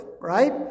Right